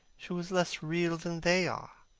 she was less real than they are.